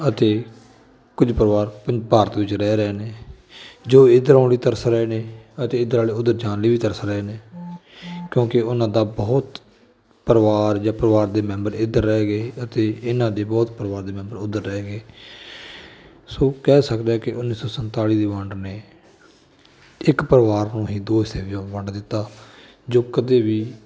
ਅਤੇ ਕੁਝ ਪਰਿਵਾਰ ਪ ਭਾਰਤ ਵਿੱਚ ਰਹਿ ਰਹੇ ਨੇ ਜੋ ਇਧਰ ਆਉਣ ਲਈ ਤਰਸ ਰਹੇ ਨੇ ਅਤੇ ਇੱਧਰ ਵਾਲੇ ਉੱਧਰ ਜਾਣ ਲਈ ਵੀ ਤਰਸ ਰਹੇ ਨੇ ਕਿਉਂਕਿ ਉਹਨਾਂ ਦਾ ਬਹੁਤ ਪਰਿਵਾਰ ਜਾਂ ਪਰਿਵਾਰ ਦੇ ਮੈਂਬਰ ਇੱਧਰ ਰਹਿ ਗਏ ਅਤੇ ਇਹਨਾਂ ਦੇ ਬਹੁਤ ਪਰਿਵਾਰ ਦੇ ਮੈਂਬਰ ਉੱਧਰ ਰਹਿ ਗਏ ਸੋ ਕਹਿ ਸਕਦਾ ਕਿ ਉੱਨੀ ਸੌ ਸੰਤਾਲੀ ਦੀ ਵੰਡ ਨੇ ਇੱਕ ਪਰਿਵਾਰ ਨੂੰ ਹੀ ਦੋ ਹਿੱਸੇਆਂ 'ਚ ਵੰਡ ਦਿੱਤਾ ਜੋ ਕਦੇ ਵੀ